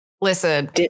Listen